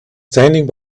standing